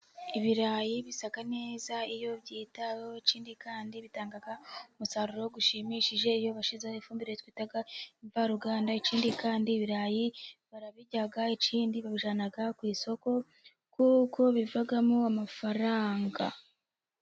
Ibirayi bisa neza iyo byitaweho, ikindi kandi bitanga umusaruro ushimishije iyo bashyizeho ifumbire twita imvaruganda. Ikindi kandi ibirayi barabirya, ikindi kandi babijyana ku isoko kuko bivamo amafaranga.